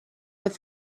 with